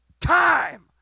time